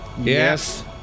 Yes